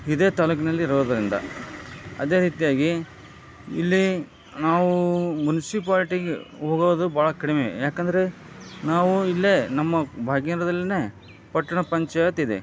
ಇದೇ ತಾಲೂಕ್ನಲ್ಲಿರೋದರಿಂದ ಅದೇ ರೀತಿಯಾಗಿ ಇಲ್ಲಿ ನಾವು ಮುನ್ಸಿಪಾಲ್ಟಿಗೆ ಹೋಗೋದು ಭಾಳ ಕಡಿಮೆ ಯಾಕಂದರೆ ನಾವು ಇಲ್ಲೇ ನಮ್ಮ ಭಾಗ್ಯನಗರದಲ್ಲಿನೇ ಪಟ್ಟಣ ಪಂಚಾಯತ್ ಇದೆ